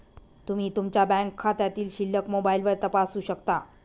तुम्ही तुमच्या बँक खात्यातील शिल्लक मोबाईलवर तपासू शकता